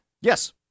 Yes